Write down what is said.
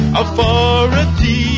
authority